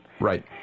Right